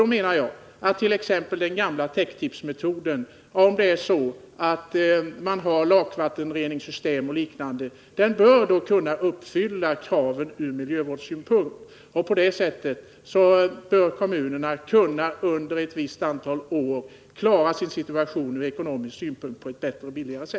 Jag menar att t.ex. den gamla täcktippsmetoden om man har lakvattenreningssystem och liknande bör kunna uppfylla kraven från miljövårdssynpunkt. På det sättet bör kommunerna kunna klara sin situation bättre och billigare under ett visst antal år.